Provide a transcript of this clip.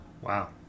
wow